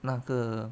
那个